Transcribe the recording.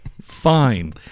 Fine